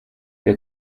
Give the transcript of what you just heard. wer